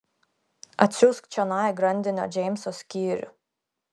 atsiųsk čionai grandinio džeimso skyrių